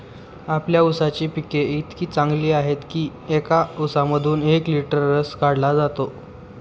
आपल्या ऊसाची पिके इतकी चांगली आहेत की एका ऊसामधून एक लिटर रस काढला जातो